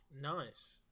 Nice